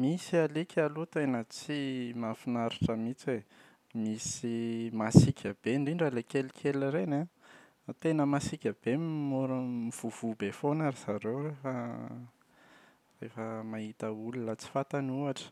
Misy alika aloha tena tsy mahafinaritra mihitsy e. Misy masiaka be, indrindra ilay kelikely ireny an, tena masiaka be m- mora mivoavoa be foana ry zareo rehefa rehefa mahita olona tsy fantany ohatra.